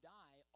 die